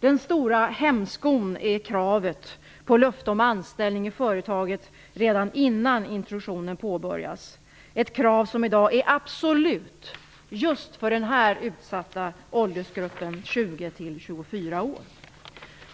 Den stora hemskon är kravet på löfte om anställning i företaget redan innan introduktionen påbörjas, ett krav som i dag är absolut just för den här utsatta åldersgruppen 20-24 år.